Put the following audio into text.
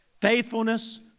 Faithfulness